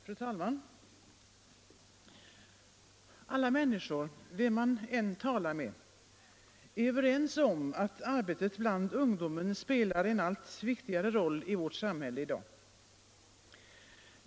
Fru talman! Alla människor - vem man än talar med — är överens om att arbetet bland ungdomen spelar en allt viktigare roll i vårt samhälle i dag.